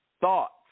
Thoughts